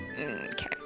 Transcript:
Okay